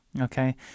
Okay